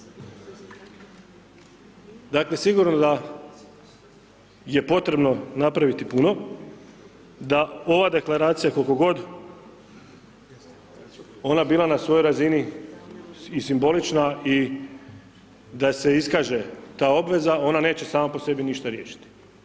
Dakle, sigurno da je potrebno napraviti puno, da ova deklaracija koliko god ona bila na svojoj razini i simbolična i da se iskaže ta obveza, ona neće sama po sebi ništa riješiti.